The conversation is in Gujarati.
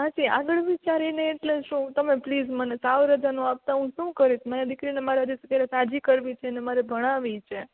માસી આગળ વિચારીને એટલે શું તમે પ્લીઝ મને સાવ રજા ના આપતા હું શું કરીશ મને દીકરીને મારે અત્યારે સાજી કરવી છે ને મારે ભણાવવી છે